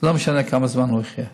לא משנה כמה זמן הם יחיו.